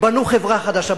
בנו חברה חדשה,